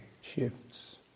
shifts